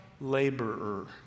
laborer